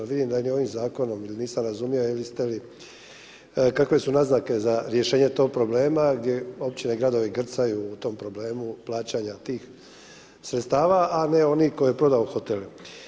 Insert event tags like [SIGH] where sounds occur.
Vidim da ni ovim zakonom ili nisam razumio … [UNINTELLIGIBLE] kakve su naznake za rješenje tog problema gdje općine i gradovi grcaju u tom problemu plaćanja tih sredstava a ne onaj tko je prodao hotele.